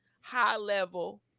high-level